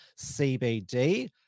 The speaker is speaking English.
CBD